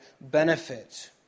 benefit